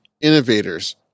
innovators